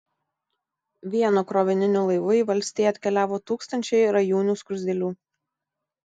vienu krovininiu laivu į valstiją atkeliavo tūkstančiai rajūnių skruzdėlių